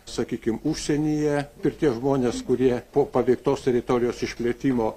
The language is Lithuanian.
sakykim užsienyje ir tie žmonės kurie po paveiktos teritorijos išplėtimo